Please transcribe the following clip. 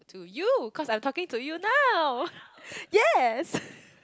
to you cause I'm talking to you now yes